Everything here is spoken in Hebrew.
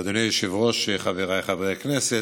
אדוני היושב-ראש, חבריי חברי הכנסת,